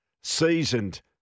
seasoned